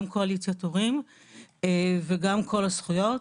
גם קואליציית הורים וגם קול הזכויות.